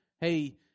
Hey